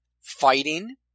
fighting